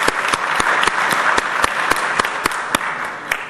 (מחיאות כפיים)